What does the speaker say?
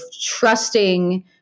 trusting